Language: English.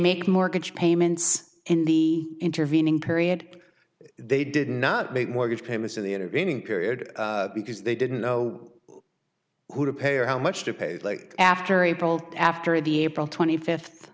make mortgage payments in the intervening period they did not make mortgage payments in the intervening period because they didn't know who to pay or how much to pay like after april after the april twenty fifth